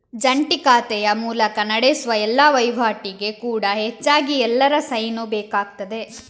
ಜಂಟಿ ಖಾತೆಯ ಮೂಲಕ ನಡೆಸುವ ಎಲ್ಲಾ ವೈವಾಟಿಗೆ ಕೂಡಾ ಹೆಚ್ಚಾಗಿ ಎಲ್ಲರ ಸೈನು ಬೇಕಾಗ್ತದೆ